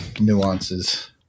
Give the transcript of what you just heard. nuances